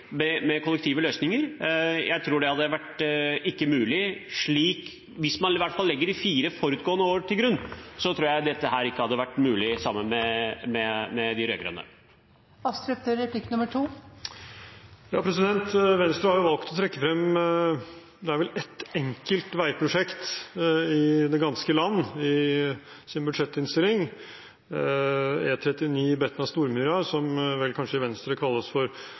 med kollektive løsninger. Hvis man i hvert fall legger de fire forutgående år til grunn, tror jeg ikke dette hadde vært mulig sammen med de rød-grønne. Venstre har valgt å trekke frem ett enkelt veiprosjekt i det ganske land i sin budsjettinnstilling, nemlig E39 Betna–Stormyra, som i Venstre kalles for Pål Farstads vei. Er det noen spesiell grunn til at man har valgt å trekke frem bare det ene prosjektet? Det er mange prosjekter som er viktige for Venstre,